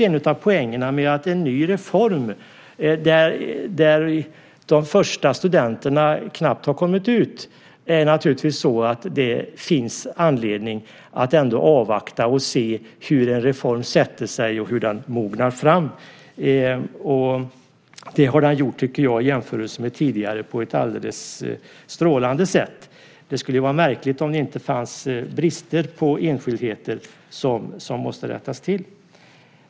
En av poängerna med en ny reform - de första studenterna har knappt kommit ut - är naturligtvis att det finns anledning att ändå avvakta och se hur reformen sätter sig och hur den mognar fram. Det tycker jag har skett, jämfört med tidigare, på ett alldeles strålande sätt. Det vore märkligt om det inte fanns brister i enskildheter som måste rättas till.